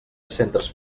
centres